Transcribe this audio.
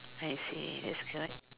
I see it's correct